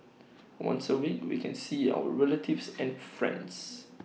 once A week we can see our relatives and friends